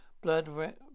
blood